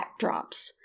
backdrops